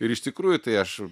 ir iš tikrųjų tai aš